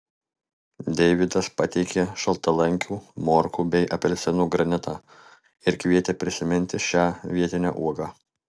deivydas pateikė šaltalankių morkų bei apelsinų granitą ir kvietė prisiminti šią vietinę uogą